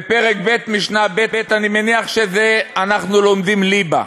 בפרק ב', משנה ב' אני מניח שאנחנו לומדים ליבה,